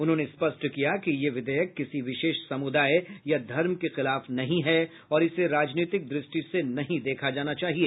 उन्होंने स्पष्ट किया कि यह विधेयक किसी विशेष समुदाय या धर्म के खिलाफ नहीं है और इसे राजनीतिक दृष्टि से नहीं देखा जाना चाहिए